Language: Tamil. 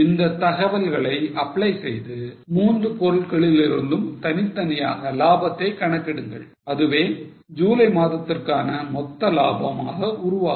இந்த தகவல்களை apply செய்து 3 பொருள்களிலிருந்தும் தனித்தனியாக லாபத்தை கணக்கிடுங்கள் அதுவே ஜூலை மாதத்திற்கான மொத்த லாபமாக உருவாகும்